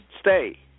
Stay